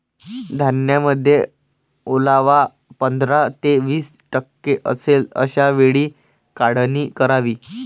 धान्यामध्ये ओलावा पंधरा ते वीस टक्के असेल अशा वेळी काढणी करावी